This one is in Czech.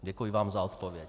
Děkuji vám za odpověď.